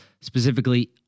specifically